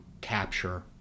capture